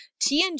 TNG